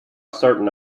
certain